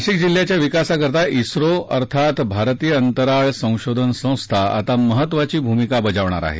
नाशिक जिल्ह्याच्या विकासाकरता इसरो अर्थात भारतीय अंतराळ संशोधन संस्था आता महत्वाची भूमिका बजावणार आहे